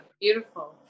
Beautiful